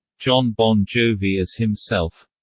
jon bon jovi as himself